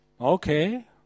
Okay